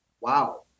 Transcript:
wow